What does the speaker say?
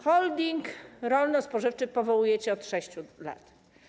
Holding rolno-spożywczy powołujecie od 6 lat.